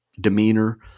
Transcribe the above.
demeanor